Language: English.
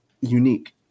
unique